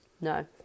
No